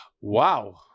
Wow